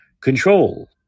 control